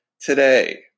today